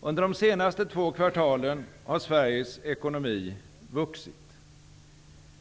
Under de två senaste kvartalen har Sveriges ekonomi blivit bättre.